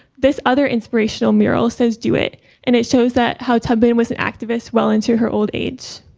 this other inspirational mural says do it and it shows that how tubman was an activist well into her old age.